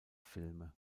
filme